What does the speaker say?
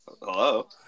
Hello